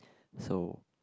so